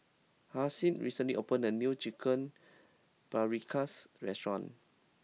Halsey recently opened a new Chicken Paprikas restaurant